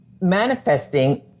manifesting